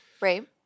Right